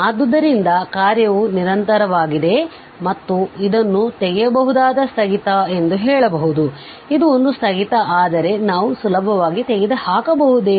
ಆದ್ದರಿಂದ ಕಾರ್ಯವು ನಿರಂತರವಾಗಿದೆ ಮತ್ತು ಇದನ್ನು ತೆಗೆಯಬಹುದಾದ ಸ್ಥಗಿತ ಎಂದು ಹೇಳಬಹುದು ಇದು ಒಂದು ಸ್ಥಗಿತ ಆದರೆ ನಾವು ಸುಲಭವಾಗಿ ತೆಗೆದುಹಾಕಬಹುದೇ